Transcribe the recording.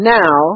now